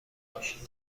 باشیم